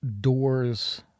doors